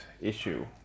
issue